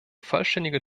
vollständiger